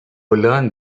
learn